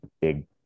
big